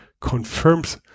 confirms